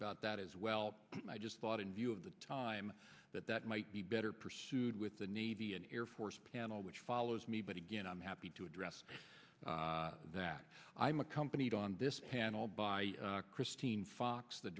about that as well i just thought in view of the time that that might be better pursued with the navy and air force panel which follows me but again i'm happy to address that i'm accompanied on this panel by christine fox the